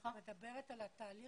תודה רבה.